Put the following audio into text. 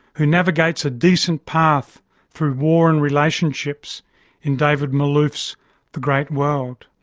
who navigates a decent path through war and relationships in david malouf's the great world.